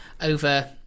over